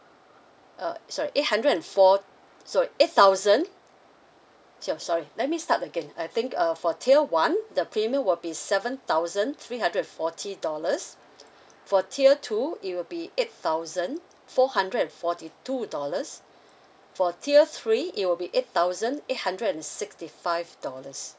uh sorry eight hundred and four sorry eight thousand tier sorry let me start again I think uh for tier one the premium will be seven thousand three hundred and forty dollars for tier two it will be eight thousand four hundred and forty two dollars for tier three it will be eight thousand eight hundred and sixty five dollars